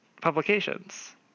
publications